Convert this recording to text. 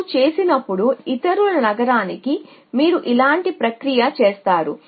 మీరు చేసినప్పుడు ఇతరుల నగరానికి మీరు ఇలాంటి ప్రక్రియ చేస్తారు